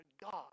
God